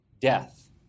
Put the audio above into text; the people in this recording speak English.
death